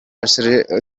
essere